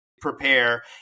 prepare